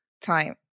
time